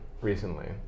recently